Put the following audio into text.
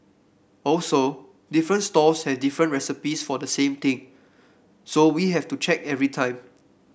also different stalls have different recipes for the same thing so we have to check every time